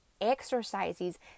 exercises